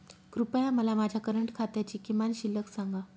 कृपया मला माझ्या करंट खात्याची किमान शिल्लक सांगा